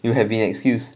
you have been excused